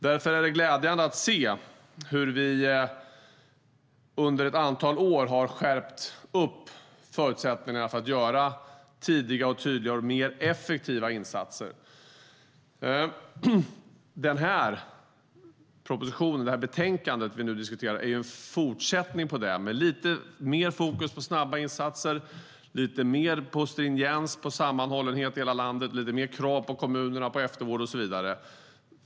Därför är det glädjande att vi under ett antal år har utökat förutsättningarna för att göra tidiga, tydliga och mer effektiva insatser. Det här betänkandet som vi nu behandlar är ju en fortsättning på detta med lite mer fokus på snabba insatser, på stringens, på sammanhållenhet i hela landet och med högre krav på kommunerna när det gäller eftervård.